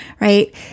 right